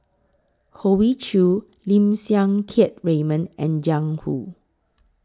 Hoey Choo Lim Siang Keat Raymond and Jiang Hu